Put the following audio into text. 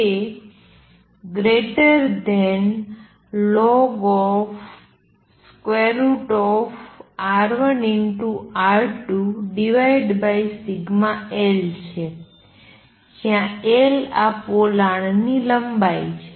તે ln√σL છે જ્યાં L આ પોલાણની લંબાઈ છે